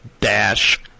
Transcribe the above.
dash